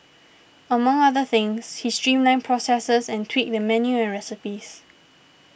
among other things he streamlined processes and tweaked the menu and recipes